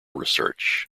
research